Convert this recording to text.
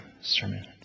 sermon